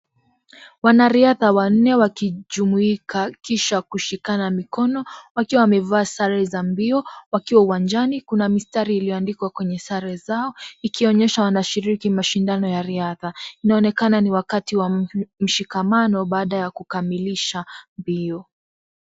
Wanariadha wanne wakijumuika kisha kushikana mikono wakiwa wamevaa sare za mbio wakiwa uwanjani . Kuna mistari zilizoandikwa kwenye sare zao ikionyesha wanashiriki mashindano ya riadha. Inaonekana ni wakati wa mshikamano baada ya kukamilisha mbio.